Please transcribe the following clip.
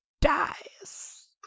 dies